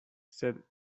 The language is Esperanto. sed